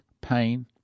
pain